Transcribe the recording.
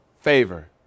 favor